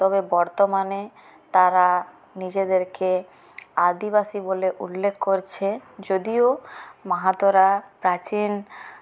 তবে বর্তমানে তারা নিজেদেরকে আদিবাসী বলে উল্লেখ করছে যদিও মাহাতোরা প্রাচীন